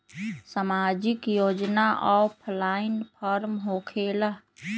समाजिक योजना offline form होकेला?